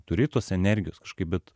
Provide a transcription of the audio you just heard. turi tos energijos kažkaip bet